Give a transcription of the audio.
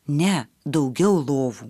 ne daugiau lovų